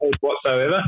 whatsoever